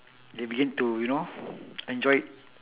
they began to you know enjoy it